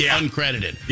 uncredited